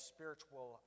Spiritual